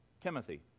Timothy